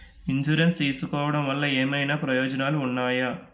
Insurance తీసుకోవటం వల్ల ఏమైనా ప్రయోజనాలు ఉన్నాయా?